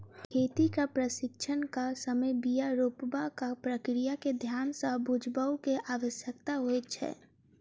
खेतीक प्रशिक्षणक समय बीया रोपबाक प्रक्रिया के ध्यान सँ बुझबअ के आवश्यकता होइत छै